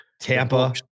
Tampa